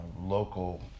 local